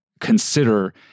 consider